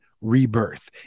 rebirth